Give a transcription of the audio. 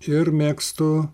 ir mėgstu